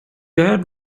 död